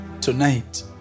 Tonight